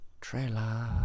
Trailer